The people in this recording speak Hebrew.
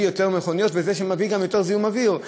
יותר מכוניות וזה שמביא גם יותר זיהום אוויר.